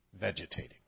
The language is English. Vegetating